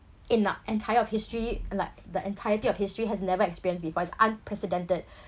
in the entire of history like the entirety of history has never experienced before it's unprecedented